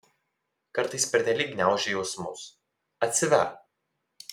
kartais pernelyg gniauži jausmus atsiverk